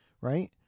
right